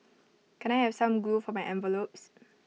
can I have some glue for my envelopes